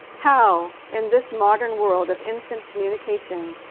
how, in this modern world of instant communication,